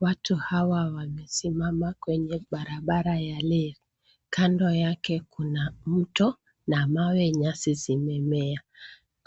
Watu hawa wamesimama kwenye barabara ya reli, kando yake kuna mto na mawe, nyasi zimemea.